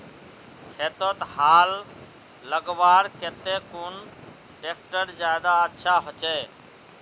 खेतोत हाल लगवार केते कुन ट्रैक्टर ज्यादा अच्छा होचए?